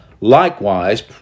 likewise